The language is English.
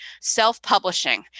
self-publishing